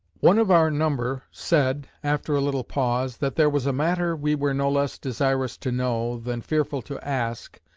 one of our number said, after a little pause that there was a matter, we were no less desirous to know, than fearful to ask,